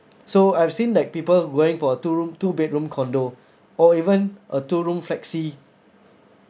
so I've seen like people going for a two room two bedroom condo or even a two room flexi